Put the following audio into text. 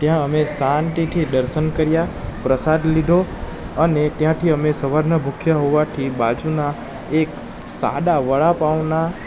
ત્યાં અમે શાંતિથી દર્શન કર્યાં પ્રસાદ લીધો અને ત્યાંથી અમે સવારના ભૂખ્યાં હોવાથી બાજુના એક સાદા વડાપાવના